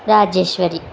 Rajeshwari